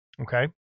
Okay